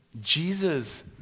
Jesus